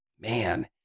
man